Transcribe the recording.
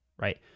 right